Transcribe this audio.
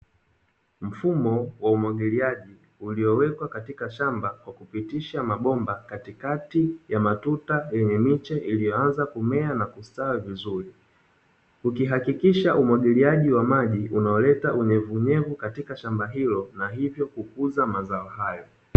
Mfumo wa umwagiliaji uliowekwa katika shamba kwa kupitisha mabomba katikati ya matuta yenye miche iliyoanza kumea na kustawi vizuri. Ukihakikisha umwagiliaji wa maji unaoleta unyevu nyevu katika shamba hilo, na hivyo kukuza mazao hayo.